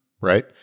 right